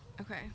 Okay